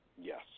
Yes